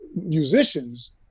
musicians